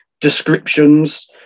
descriptions